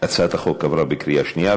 הצעת החוק עברה בקריאה שנייה.